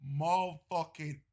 motherfucking